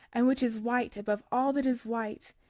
and which is white above all that is white,